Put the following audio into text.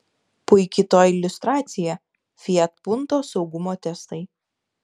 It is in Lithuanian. puiki to iliustracija fiat punto saugumo testai